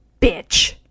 bitch